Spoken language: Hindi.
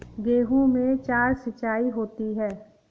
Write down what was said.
गेहूं में चार सिचाई होती हैं